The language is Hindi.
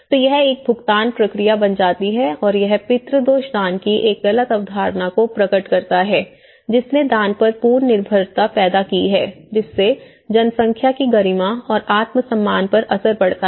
तो यह एक भुगतान प्रक्रिया बन जाती है और यह पितृदोष दान की एक गलत अवधारणा को प्रकट करता है जिसने दान पर पूर्ण निर्भरता पैदा की है जिससे जनसंख्या की गरिमा और आत्मसम्मान पर असर पड़ता है